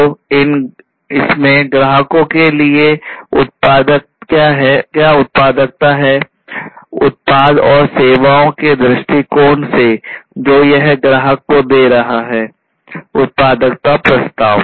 तो इसमें ग्राहकों के लिए क्या उत्पादकता है उत्पाद और सेवाओं के दृष्टिकोण से जो यह ग्राहक को दे रहा है उत्पादकता प्रस्ताव